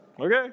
Okay